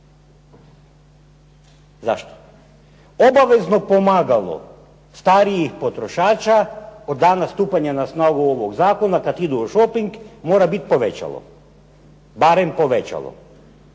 Zašto? Obavezno pomagalo starijih potrošača od dana stupanja na snagu ovog zakona kad idu u shoping mora biti povećalo, barem povećalo,